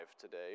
today